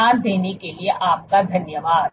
ध्यान देने के लिए आपका धन्यवाद